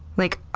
like,